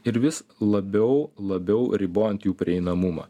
ir vis labiau labiau ribojant jų prieinamumą